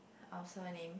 our surname